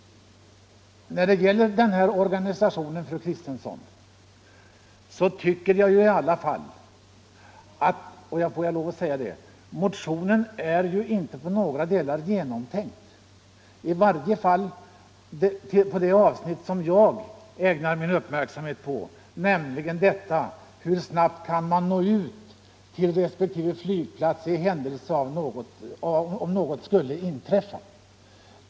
När det gäller organisationen, fru Kristensson, tycker jag — att motionen inte i några delar är genomtänkt, i varje fall inte det avsnitt som jag ägnat min uppmärksamhet och som behandlar frågan hur snabbt man kan nå ut till respektive flygplats om något skulle inträffa.